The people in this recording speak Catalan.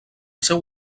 seu